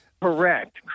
Correct